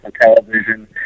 television